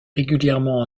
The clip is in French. régulièrement